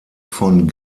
von